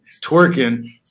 twerking